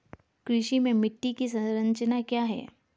कृषि में मिट्टी की संरचना क्या है?